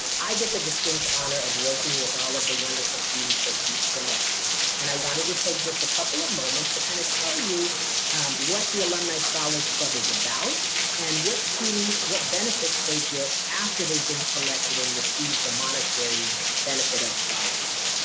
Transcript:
i get the distinct honor of working with all of the wonderful students that you select and i wanted to take just a couple of moments to kind of tell you um what the alumni scholars club is about and which students, what benefits they get after they've been selected and received the monetary benefit of scholarship.